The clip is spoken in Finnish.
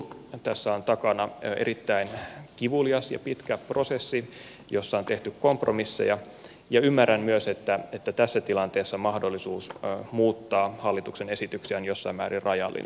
tässä on takana erittäin kivulias ja pitkä prosessi jossa on tehty kompromisseja ja ymmärrän myös että tässä tilanteessa mahdollisuus muuttaa hallituksen esityksiä on jossain määrin rajallinen